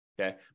Okay